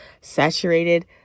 saturated